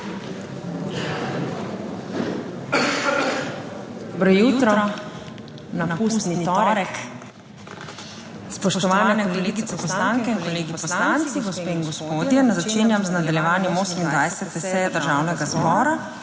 jutro na pustni torek! Spoštovane kolegice poslanke in kolegi poslanci, gospe in gospodje! Začenjam z nadaljevanjem 28. seje Državnega zbora.